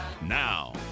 Now